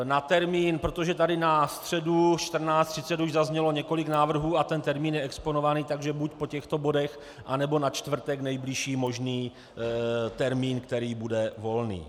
Na termín, protože tady na středu 14.30 už tady zaznělo několik návrhů a ten termín je exponovaný, takže buď po těchto bodech, anebo na čtvrtek nejbližší možný termín, který bude volný.